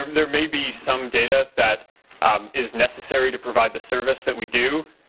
um there may be some data that um is necessary to provide the service that we do,